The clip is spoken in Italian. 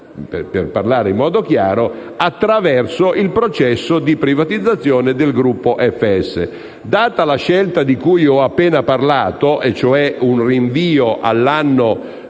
per parlare in modo chiaro - attraverso il processo di privatizzazione del gruppo FS. Data la scelta di cui ho appena parlato, e cioè un rinvio all'anno